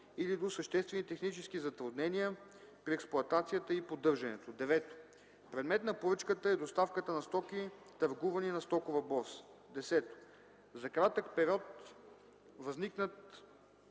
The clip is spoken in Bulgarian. или до съществени технически затруднения при експлоатацията и поддържането; 9. предмет на поръчката е доставката на стоки, търгувани на стокова борса; 10. за кратък период възникнат